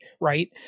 right